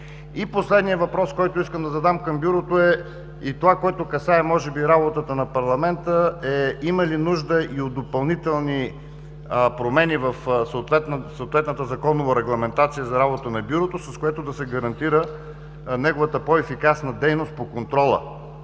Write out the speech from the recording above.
И последния въпрос, който искам да задам към Бюрото, и това, което касае може би работата на парламента, е: има ли нужда от допълнителни промени в съответната законова регламентация за работата на Бюрото, с което да се гарантира неговата по-ефикасна дейност по контрола,